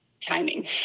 timing